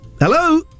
Hello